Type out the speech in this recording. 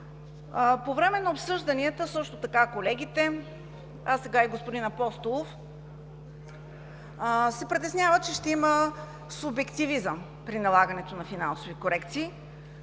По време на обсъжданията колегите, а сега и господин Апостолов, се притесняват, че ще има субективизъм при налагането на финансови корекции.